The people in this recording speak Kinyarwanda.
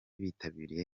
bitabiriye